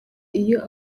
iyo